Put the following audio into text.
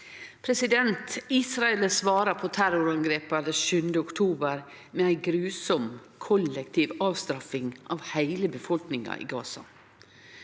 «Israel har svara på terrorangrepet den 7. oktober med ei grusom kollektiv avstraffing av heile befolkninga i Gaza.